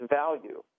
value